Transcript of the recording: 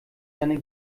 seiner